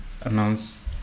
announce